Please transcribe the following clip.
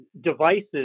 devices